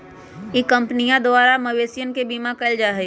ई कंपनीया द्वारा मवेशियन के बीमा कइल जाहई